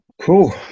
Cool